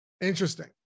Interesting